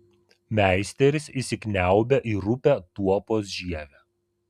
meisteris įsikniaubia į rupią tuopos žievę